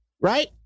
Right